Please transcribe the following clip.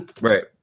Right